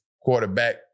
quarterback